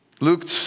Luke